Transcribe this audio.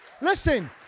Listen